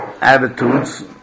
attitudes